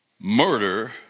murder